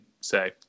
say